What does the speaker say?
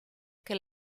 che